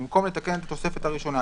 במקום "לתקן את התוספת הראשונה,